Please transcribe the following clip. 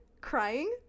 crying